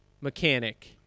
mechanic